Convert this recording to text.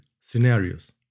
scenarios